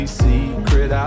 secret